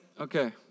Okay